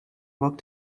walk